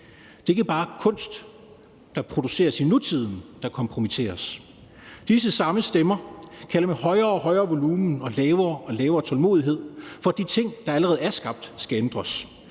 Det er ikke bare kunst, der produceres i nutiden, der kompromitteres. Disse samme stemmer kalder med højere og højere volumen og lavere og lavere tålmodighed på, at de ting, der allerede er skabt, skal ændres.